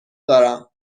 دارم